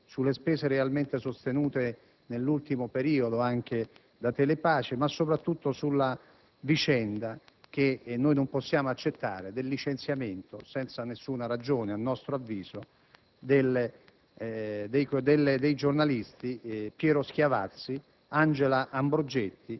sulle spese realmente sostenute nell'ultimo periodo da Telepace, ma soprattutto sulla vicenda, che non possiamo accettare, del licenziamento, a nostro avviso senza alcuna ragione, dei giornalisti Piero Schiavazzi, Angela Ambrogetti,